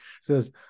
says